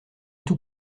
tout